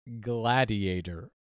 gladiator